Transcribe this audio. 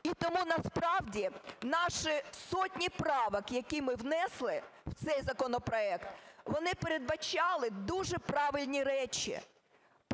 І тому насправді наші сотні правок, які ми внесли в цей законопроект, вони передбачали дуже правильні речі.